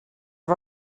are